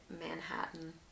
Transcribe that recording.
Manhattan